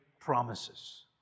promises